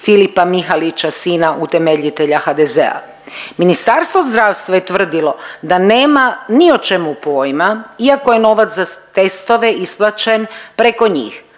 Filipa Mihalića, sina utemeljitelja HDZ-a. Ministarstvo zdravstva je tvrdilo da nema ni o čemu pojma, iako je novac za testove isplaćen preko njih.